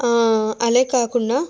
అదే కాకుండా